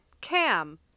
Cam